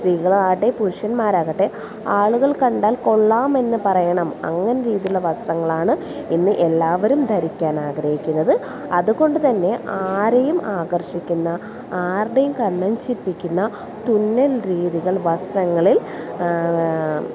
സ്ത്രീകളാവട്ടെ പുരുഷന്മാരാകട്ടെ ആളുകൾ കണ്ടാൽ കൊള്ളാമെന്ന് പറയണം അങ്ങനെ രീതിലുള്ള വസ്ത്രങ്ങളാണ് ഇന്ന് എല്ലാവരും ധരിക്കൻ ആഗ്രഹിക്കുന്നത് അതുകൊണ്ട് തന്നെ ആരെയും ആകർഷിക്കുന്ന ആരുടെയും കണ്ണഞ്ചിപ്പിക്കുന്ന തുന്നൽ രീതികൾ വസ്ത്രങ്ങളിൽ